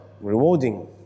rewarding